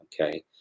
okay